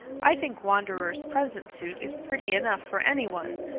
i think wanderer's present suit is pretty enough for any one,